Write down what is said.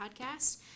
podcast